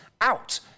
out